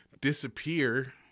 disappear